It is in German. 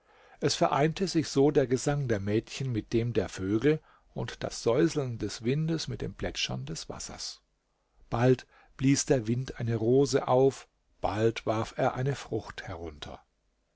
es vereinte sich so der gesang der mädchen mit dem der vögel und das säuseln des windes mit dem plätschern des wassers bald blies der wind eine rose auf bald warf er eine frucht herunter